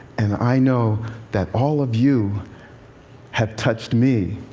and i know that all of you have touched me